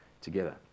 together